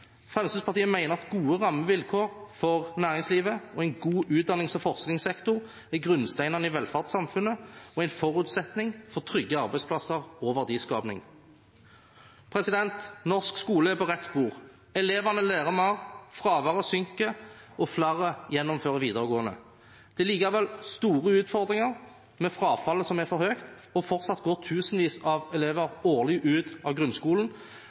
Fremskrittspartiet mener at gode rammevilkår for næringslivet og en god utdannings- og forskningssektor er grunnsteinene i velferdssamfunnet og en forutsetning for trygge arbeidsplasser og verdiskaping. Norsk skole er på rett spor. Elevene lærer mer, fraværet synker, og flere gjennomfører videregående. Det er likevel store utfordringer, bl.a. med frafallet, som er for høyt, og fortsatt går årlig tusenvis av elever ut av grunnskolen